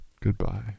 Goodbye